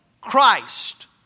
Christ